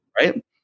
Right